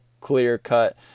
clear-cut